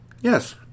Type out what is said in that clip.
yes